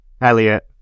Elliot